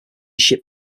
ship